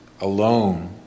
alone